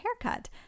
haircut